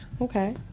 Okay